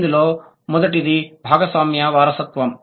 ఇందులో మొదటిది భాగస్వామ్య వారసత్వం